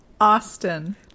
Austin